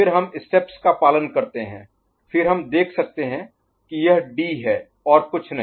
फिर हम स्टेप्स का पालन करते हैं फिर हम देख सकते हैं कि यह डी है और कुछ नहीं